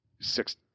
six